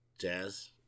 Jazz